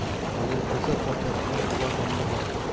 ফলের খোসা পচা রোগ কোন পোকার কামড়ে হয়?